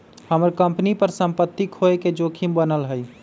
हम्मर कंपनी पर सम्पत्ति खोये के जोखिम बनल हई